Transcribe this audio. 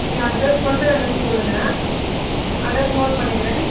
நீங்கள் அட்ரெஸ் மட்டும் என்னென்னு சொல்லுங்கள் அட்ரெஸ் நோட் பண்ணிக்கிறேன்